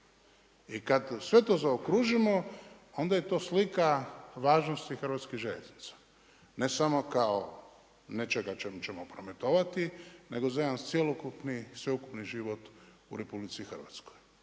I kada sve to zaokružim onda je to slika važnosti hrvatskih željeznica ne samo kao nečega čime ćemo prometovati nego za jedan cjelokupni sveukupni život u RH. I ako